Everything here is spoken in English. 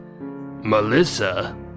Melissa